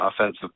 offensive